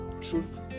truth